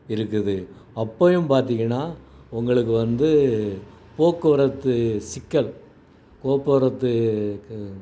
இருக்குது அப்பயும் பார்த்தீங்கன்னா உங்களுக்கு வந்து போக்குவரத்து சிக்கல் போக்குவரத்து